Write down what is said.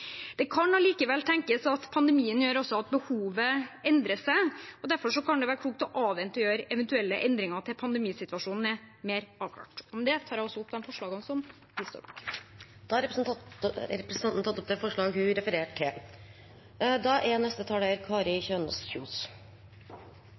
Det kan allikevel tenkes at pandemien gjør at behovet endrer seg, og derfor kan det være klokt å avvente å gjøre eventuelle endringer til pandemisituasjonen er mer avklart. Med det tar jeg opp det forslaget som vi står bak. Da har representanten Mari Holm Lønseth tatt opp det forslaget hun refererte til.